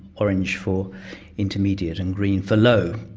orange for intermediate and green for low.